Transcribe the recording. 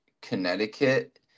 Connecticut